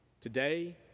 today